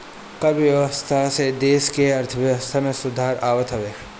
कर व्यवस्था से देस के अर्थव्यवस्था में सुधार आवत हवे